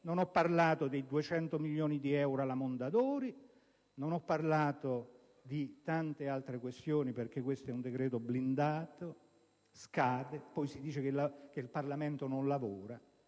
non ho parlato dei 200 milioni di euro alla Mondadori e di tante altre questioni, perché questo è appunto un decreto blindato, scade. E poi si dice che il Parlamento non lavora: